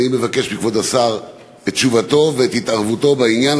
אני מבקש מכבוד השר את תשובתו ואת התערבותו בעניין